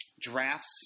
drafts